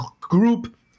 group